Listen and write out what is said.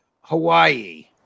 Hawaii